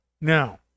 Now